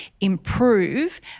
improve